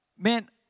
man